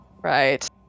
Right